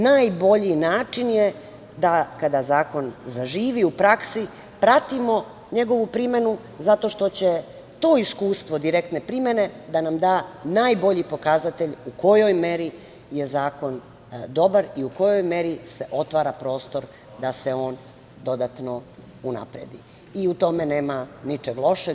Najbolji način je da kada zakon zaživi u praksi pratimo njegovu primenu zato što će to iskustvo direktne primene da nam da najbolji pokazatelj u kojoj meri je zakon dobar i u kojoj meri se otvara prostor da se on dodatno unapredi i u tome nema ničeg lošeg.